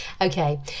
okay